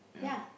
yup